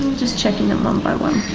just checking them one by one.